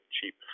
cheap